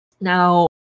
Now